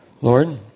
Lord